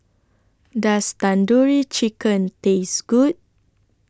Does Tandoori Chicken Taste Good